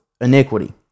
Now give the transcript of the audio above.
iniquity